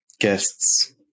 guests